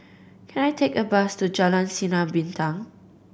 can I take a bus to Jalan Sinar Bintang